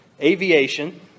Aviation